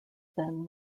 then